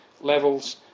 levels